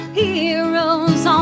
heroes